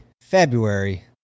February